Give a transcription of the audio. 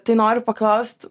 tai noriu paklaust